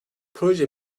proje